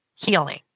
healing